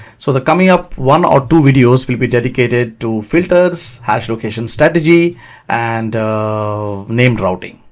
so the coming up one or two videos will be dedicated to filters, haslocation strategy and named routing.